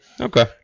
Okay